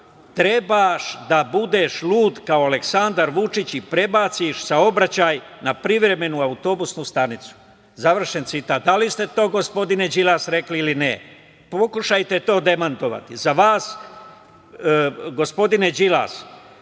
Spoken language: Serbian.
trebaš da budeš lud kao Aleksandar Vučić i prebaciš saobraćaj na privremenu autobusku stanicu, završen citat. Da li ste to gospodine Đilas, rekli ili ne? Pokušajte to demantovati.Za vas gospodine Đilas,